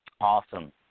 Awesome